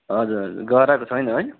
हजुर हजुर गराएको छैन है